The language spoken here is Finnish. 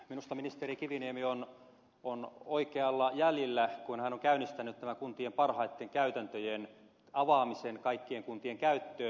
minusta ministeri kiviniemi on oikeilla jäljillä kun hän on käynnistänyt tämän kuntien parhaitten käytäntöjen avaamisen kaikkien kuntien käyttöön